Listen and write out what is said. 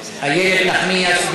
ואיילת נחמיאס,